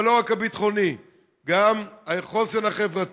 אבל לא רק הביטחון, גם החוסן החברתי